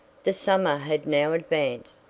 the summer had now advanced,